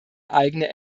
eigene